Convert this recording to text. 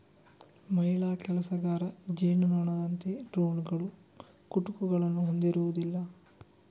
ಮಹಿಳಾ ಕೆಲಸಗಾರ ಜೇನುನೊಣದಂತೆ ಡ್ರೋನುಗಳು ಕುಟುಕುಗಳನ್ನು ಹೊಂದಿರುವುದಿಲ್ಲ